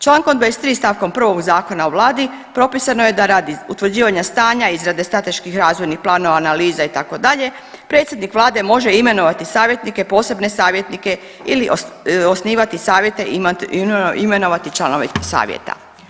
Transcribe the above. Člankom 23. stavkom 1. ovog Zakona o vladi propisano je da radi utvrđivanja stanja izrade strateških razvojnih planova, analiza itd., predsjednik vlade može imenovati, savjetnike, posebne savjetnike ili osnivati savjete, imenovati članove savjeta.